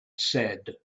said